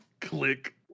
click